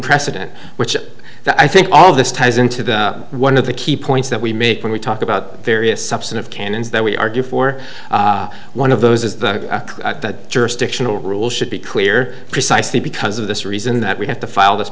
precedent which i think all of this ties into one of the key points that we make when we talk about various substantive canons that we argue for one of those is the jurisdictional rule should be clear precisely because of this reason that we have to file this